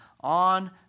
on